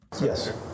Yes